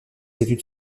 études